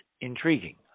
intriguing